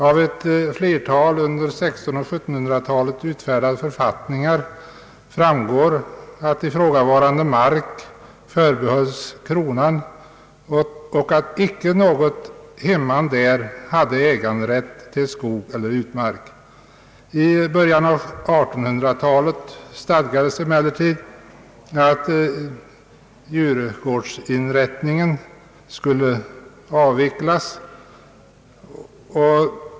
Av ett flertal under 1600 och 1700-talen utfärdade författningar framgår, att ifrågavarande mark förbehölls kronan och att icke något hemman där hade äganderätt till skog eller utmark. I början av 1800-talet stadgades emellertid att djurgårdsinrättningen skulle avvecklas.